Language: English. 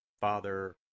Father